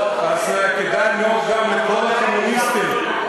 כדאי מאוד לקרוא גם לקומוניסטים,